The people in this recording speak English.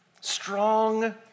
Strong